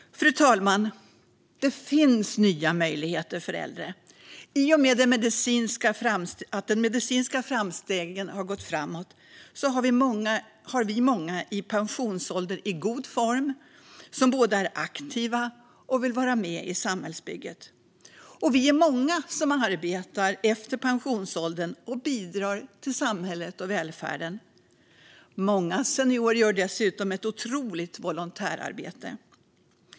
Fru talman! Det finns nya möjligheter för äldre. I och med de medicinska framstegen har vi många i pensionsålder som är i god form och aktiva och vill vara med i samhällsbygget. Vi är många som arbetar efter pensionsåldern och bidrar till samhället och välfärden. Många seniorer gör dessutom ett otroligt volontärarbete.